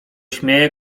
śmieje